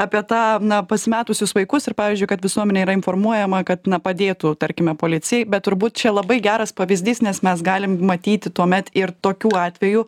apie tą na pasimetusius vaikus ir pavyzdžiui kad visuomenė yra informuojama kad na padėtų tarkime policijai bet turbūt čia labai geras pavyzdys nes mes galim matyti tuomet ir tokių atvejų